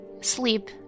sleep